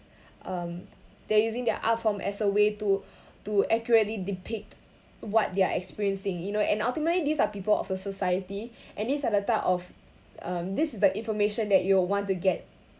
um they're using their art form as a way to to accurately depict what they are experiencing you know and ultimately these are people of a society and these are the type of this is the information that you want to get